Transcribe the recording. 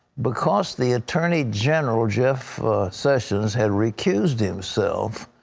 because the attorney general, jeff sessions had recused himself,